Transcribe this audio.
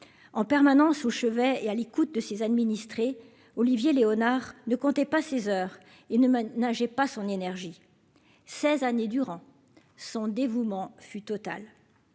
en permanence au chevet et à l'écoute de ses administrés, Olivier Léonard ne comptait pas ses heures et ne me nageait pas son énergie 16 années durant son dévouement fut totale